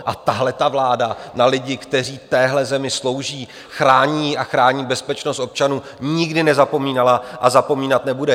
A tahleta vláda na lidi, kteří téhle zemi slouží, chrání ji a chrání bezpečnost občanů, nikdy nezapomínala a zapomínat nebude.